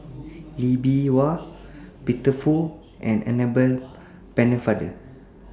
Lee Bee Wah Peter Fu and Annabel Pennefather